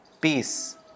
peace